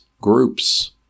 groups